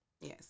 Yes